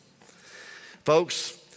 Folks